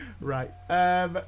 Right